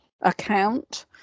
account